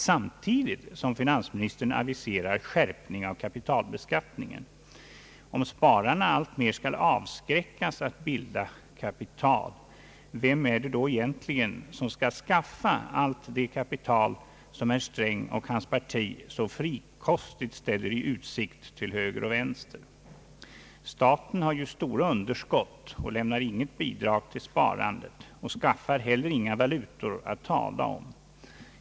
Samtidigt aviserar finansministern även en skärpning av kapitalbeskattningen. Men om spararna alltmer skall avskräckas från att samla kapital, vem är det då egentligen som skall skaffa allt det kapital som herr Sträng och hans parti så frikostigt ställer i utsikt till höger och vänster? Staten har ju stora underskott, lämnar inget bidrag till sparandet och skaffar heller ingen valuta att tala om.